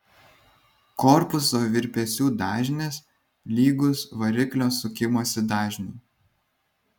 korpuso virpesių dažnis lygus variklio sukimosi dažniui